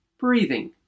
breathing